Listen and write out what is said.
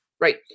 Right